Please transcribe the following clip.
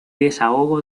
desahogo